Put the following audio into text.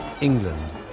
England